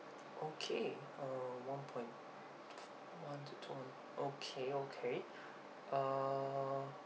okay uh one point one to two okay okay err